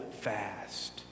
fast